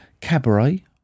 Cabaret